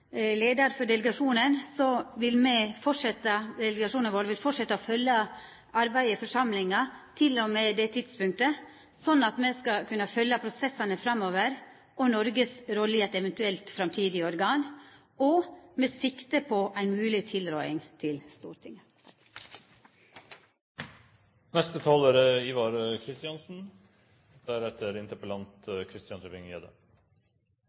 Delegasjonen vil fortsetja å følgja arbeidet i forsamlinga til og med det tidspunktet, slik at me skal kunna følgja prosessane framover og Noregs rolle i eit eventuelt framtidig organ, med sikte på ei mogleg tilråding til